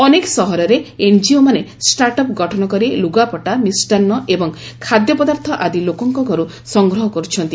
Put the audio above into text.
ଅନେକ ସହରରେ ଏନ୍ଜିଓମାନେ ଷ୍ଟାର୍ଟଅପ୍ ଗଠନ କରି ଲୁଗାପଟା ମିଷ୍ଟାନ୍ନ ଏବଂ ଖାଦ୍ୟ ପଦାର୍ଥ ଆଦି ଲୋକଙ୍କ ଘରୁ ସଂଗ୍ରହ କରୁଛନ୍ତି